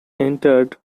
entered